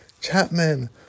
Chapman